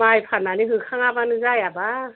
माइ फाननानै होखङाबानो जायाबा